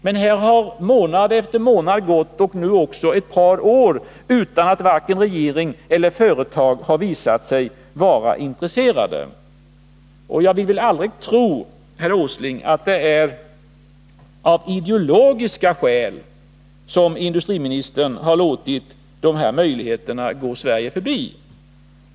Men månad efter månad har gått — och nu också ett par år — utan att vare sig regering eller företag har visat sig vara intresserade. Jag vill väl aldrig tro, herr Åsling, att det är av ideologiska skäl som industriministern har låtit dessa möjligheter gå Sverige förbi.